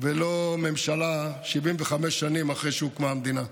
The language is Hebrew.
ולא ממשלה 75 שנים אחרי שהוקמה המדינה.